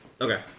Okay